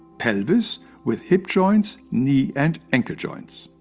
pelvis with hip-joints, knee and ankle joints.